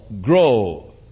grow